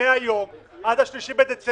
ל-100 יום, עד ה-3 בדצמבר.